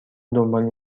دنبال